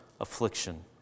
affliction